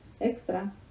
extra